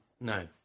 No